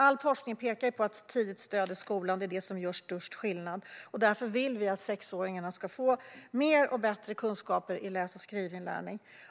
All forskning pekar på att tidigt stöd i skolan är det som gör störst skillnad. Därför vill vi att sexåringarna ska få mer och bättre kunskaper i att läsa och skriva